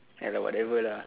ya lah whatever lah